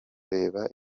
reba